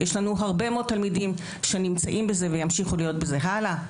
ויש לנו הרבה מאוד תלמידים שנמצאים בזה וימשיכו להיות בזה הלאה.